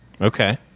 Okay